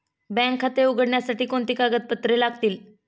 Bank खाते उघडण्यासाठी कोणती कागदपत्रे लागतील?